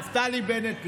נפתלי בנט,